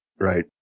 Right